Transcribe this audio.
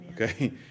Okay